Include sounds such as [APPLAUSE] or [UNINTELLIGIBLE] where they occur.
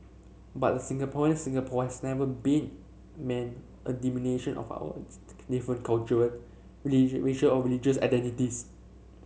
but a Singaporean Singapore has never been meant a diminution of our [UNINTELLIGIBLE] different cultural [UNINTELLIGIBLE] racial or religious identities